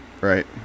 Right